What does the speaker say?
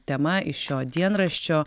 tema iš šio dienraščio